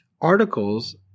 articles